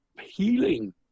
Healing